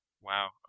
Wow